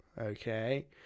okay